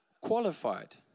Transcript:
qualified